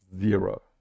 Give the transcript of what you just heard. zero